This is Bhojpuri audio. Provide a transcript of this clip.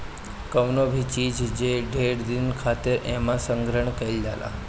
कवनो भी चीज जे ढेर दिन खातिर एमे संग्रहण कइल जाला